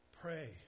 pray